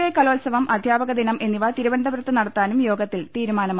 I കലോത്സവം അധ്യാപകദിനം എന്നിവ തിരുവനന്ത പുരത്ത് നടത്താനും യോഗത്തിൽ തീരുമാനമായി